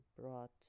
brought